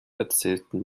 erzählten